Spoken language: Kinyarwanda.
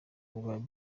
bwawe